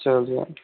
चलिए